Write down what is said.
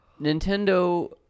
Nintendo